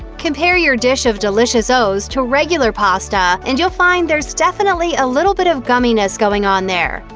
compare your dish of delicious os to regular pasta, and you'll find there's definitely a little bit of gumminess going on there.